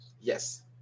Yes